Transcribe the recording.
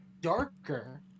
darker